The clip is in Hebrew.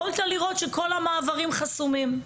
יכולת לראות שכל המעברים חסומים.